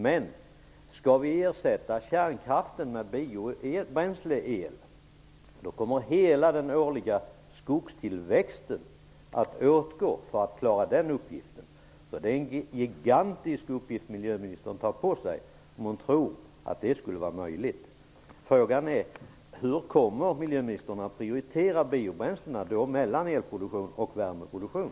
Men om man skall ersätta kärnkraften med biobränsleel kommer hela den årliga skogstillväxten att åtgå för att klara den uppgiften. Det är en gigantisk uppgift som miljöministern tar på sig, om hon tror att det är möjligt. Frågan är: Hur kommer miljöministern att prioritera biobränslena mellan elproduktion och värmeproduktion?